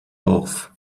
off